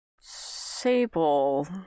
sable